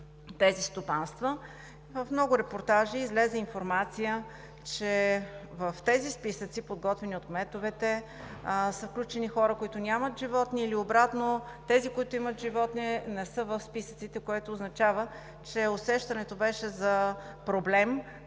тези стопанства, в много репортажи излезе информация, че в тези списъци, подготвени от кметовете, са включени хора, които нямат животни, или обратно – тези, които имат животни, не са в списъците, което означава, че усещането беше за проблем